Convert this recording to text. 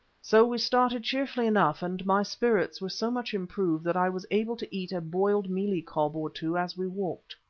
so we started cheerfully enough, and my spirits were so much improved that i was able to eat a boiled mealie cob or two as we walked.